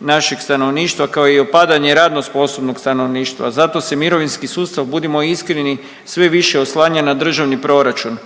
našeg stanovništva kao i opadanje radno sposobnog stanovništva. Zato se mirovinski sustav budimo iskreni sve više oslanja na državni proračun.